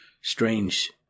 strange